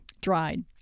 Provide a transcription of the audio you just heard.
dried